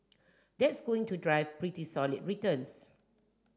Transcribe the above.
that's going to drive pretty solid returns